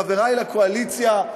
חברי לקואליציה,